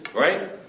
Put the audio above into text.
right